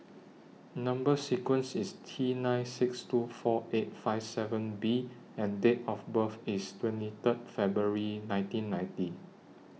Number sequence IS T nine six two four eight five seven B and Date of birth IS twenty Third February nineteen ninety